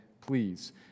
please